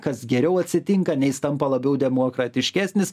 kas geriau atsitinka nei jis tampa labiau demokratiškesnis